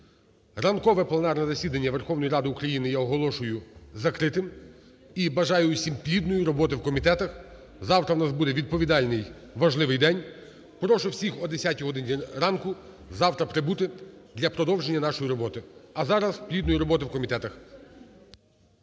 Ранкове пленарне засідання Верховної Ради України я оголошую закритим. І бажаю всім плідної роботи в комітетах. Завтра у нас буде відповідальний, важливий день. Прошу всіх о 10 годині ранку завтра прибути для продовження нашої роботи. А зараз плідної роботи в комітетах.